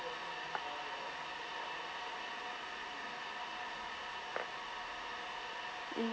mm